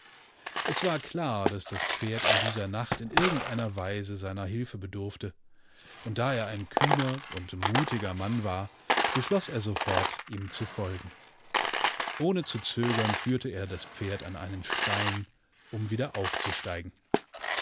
es war klar daß das pferd in dieser nacht in irgendeiner weise seiner hilfe bedurfte unddaereinkühnerundmutigermannwar beschloßersofort ihm zu folgen ohne zu zögern führte er das pferd an einen stein um wieder aufzusteigen